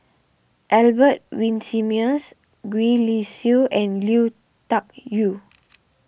Albert Winsemius Gwee Li Sui and Lui Tuck Yew